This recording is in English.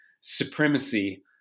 supremacy